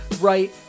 right